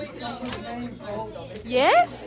Yes